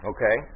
Okay